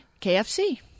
KFC